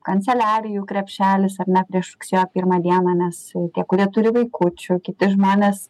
kanceliarijų krepšelis ar ne prieš rugsėjo pirmą dieną nes tie kurie turi vaikučių kiti žmonės